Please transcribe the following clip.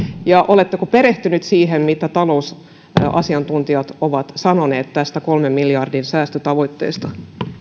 ja oletteko perehtynyt siihen mitä talousasiantuntijat ovat sanoneet tästä kolmen miljardin säästötavoitteesta